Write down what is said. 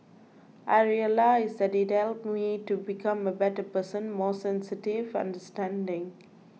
I realised that it helped me to become a better person more sensitive understanding